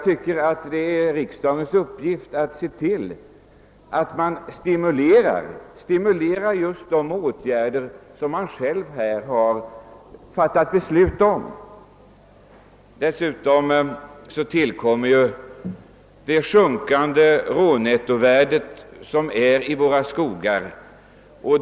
Det borde vara riksdagens uppgift att se till att man stimulerar till de åtgärder som man själv fattat beslut om. Därtill kommer det sjunkande rånettovärdet i våra skogar.